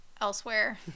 elsewhere